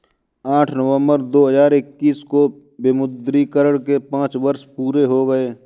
आठ नवंबर दो हजार इक्कीस को विमुद्रीकरण के पांच वर्ष पूरे हो गए हैं